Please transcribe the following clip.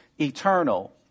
eternal